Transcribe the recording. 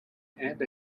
and